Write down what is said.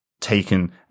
taken